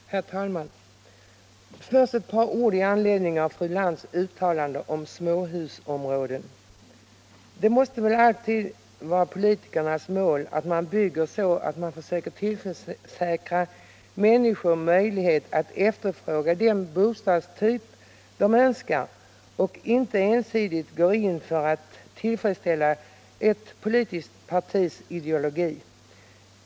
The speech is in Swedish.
Herr talman! Först ett par ord med anledning av fru Lantz uttalande om småhusområden. Det måste väl vara politikernas mål att bygga så att man tillförsäkrar människor möjlighet att efterfråga den bostadstyp som de önskar och inte att ensidigt gå in för att tillfredsställa ett politiskt partis ideologi.